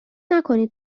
نکنید